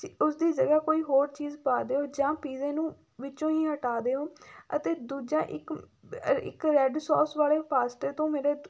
ਚ ਉਸਦੀ ਜਗ੍ਹਾ ਕੋਈ ਹੋਰ ਚੀਜ਼ ਪਾ ਦਿਓ ਜਾਂ ਪੀਜ਼ੇ ਨੂੰ ਵਿੱਚੋਂ ਹੀ ਹਟਾ ਦਿਓ ਅਤੇ ਦੂਜਾ ਇੱਕ ਇੱਕ ਰੈੱਡ ਸੋਸ ਵਾਲੇ ਪਾਸਤੇ ਤੋਂ ਮੇਰੇ